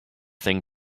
thing